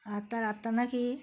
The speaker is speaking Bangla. আর তার আত্মা না কি